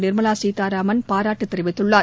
நிர்மலா சீதாராமன் பாராட்டு தெரிவித்துள்ளார்